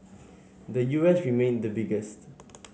the U S remained the biggest